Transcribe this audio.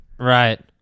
Right